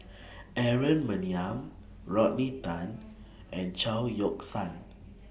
Aaron Maniam Rodney Tan and Chao Yoke San